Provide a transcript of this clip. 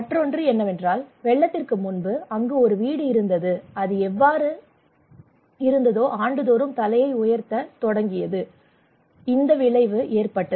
மற்றொன்று என்னவென்றால் வெள்ளத்திற்கு முன்பு அங்கு ஒரு வீடு இருந்தது அது அவ்வாறே இருந்தது ஆண்டுதோறும் தலையை உயர்த்த தொடங்கியதால் இந்த விளைவு ஏற்பட்டது